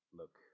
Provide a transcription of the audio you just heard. look